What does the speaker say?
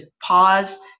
pause